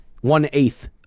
one-eighth